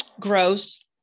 Gross